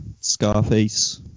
Scarface